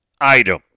item